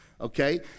Okay